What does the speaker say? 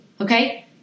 okay